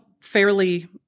fairly